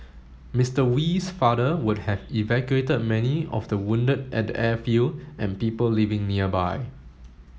Mister Wee's father would have evacuated many of the wounded at the airfield and people living nearby